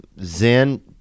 Zen